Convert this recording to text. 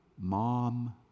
mom